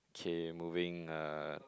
K moving uh